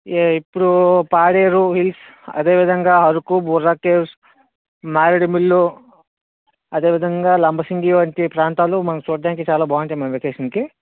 ఇప్పుడు పాడేరు హిల్స్ అదేవిధంగా అరకు బుర్రా కేవ్స్ మారేడుమిల్లు అదేవిధంగా లంబసింగి వంటి ప్రాంతాలు మనం చూడ్డానికి బాగుంటాయి మ్యాడమ్ వెకేషన్కి